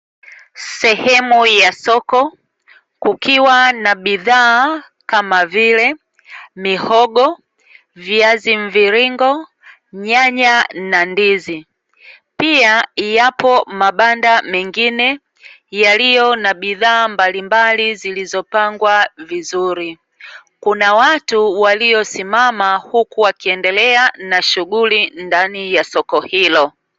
Eneo hilo ni sehemu ya soko ambapo kuna bidhaa mbalimbali kama vile mihogo, viazi mviringo, nyanya, na ndizi. Pia, kuna mabanda mengine yaliyo na bidhaa zilizopangwa vizuri. Watu waliosimama wanaendelea na shughuli ndani ya soko hilo.